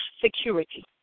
security